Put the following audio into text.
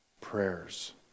prayers